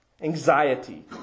Anxiety